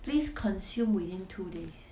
please consume within two days